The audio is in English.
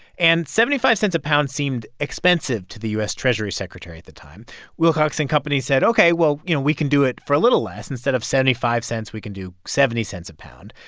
and seventy five cents a pound seemed expensive to the u s. treasury secretary at the time wilcox and co. said, ok, well, you know, we can do it for a little less. instead of seventy five cents, we can do seventy cents a pound.